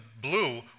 blue